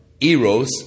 eros